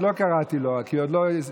עוד לא קראתי לו כי הוא עוד לא הגזים,